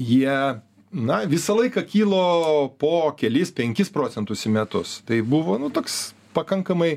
jie na visą laiką kilo po kelis penkis procentus į metus tai buvo nu toks pakankamai